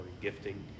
gifting